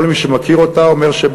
כל מי שמכיר אותה אומר,